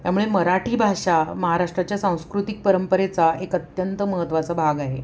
त्यामुळे मराठी भाषा महाराष्ट्राच्या सांस्कृतिक परंपरेचा एक अत्यंत महत्वाचा भाग आहे